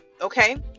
okay